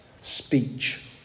speech